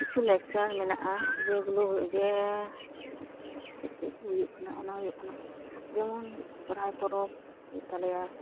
ᱠᱤᱪᱷᱩ ᱞᱟᱠᱪᱟᱨ ᱢᱮᱱᱟᱜᱼᱟ ᱡᱮ ᱪᱮᱫ ᱪᱮᱫ ᱠᱚ ᱦᱩᱭᱩᱜ ᱠᱟᱱᱟ ᱚᱱᱟ ᱦᱩᱭᱩᱜ ᱠᱟᱱᱟ ᱡᱮᱢᱚᱱ ᱥᱚᱨᱦᱟᱭ ᱯᱚᱨᱚᱵᱽ ᱦᱩᱭᱩᱜ ᱛᱟᱞᱮᱭᱟ